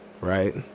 right